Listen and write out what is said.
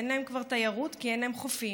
אין להם כבר תיירות כי אין להם חופים,